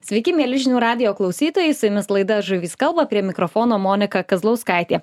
sveiki mieli žinių radijo klausytojai su jumis laida žuvys kalba prie mikrofono monika kazlauskaitė